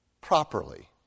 properly